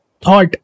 thought